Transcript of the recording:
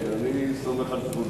אני סומך על זבולון.